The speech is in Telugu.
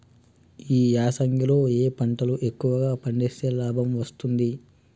ఈ యాసంగి లో ఏ పంటలు ఎక్కువగా పండిస్తే లాభం వస్తుంది?